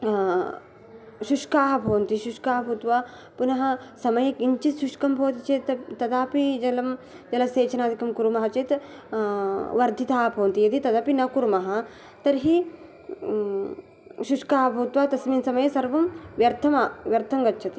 शुष्काः भवन्ति शुष्काः भूत्वा पुनः समये किञ्चित् शुष्कं भवति चेत् तदापि जलं जलसेचनादिकं कुर्मः चेत् वर्धिताः भवन्ति यदि तदपि न कुर्मः तर्हि शुष्काः भूत्वा तस्मिन् समये सर्वं व्यर्थम व्यर्थं गच्छति